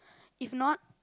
if not